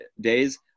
days